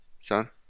son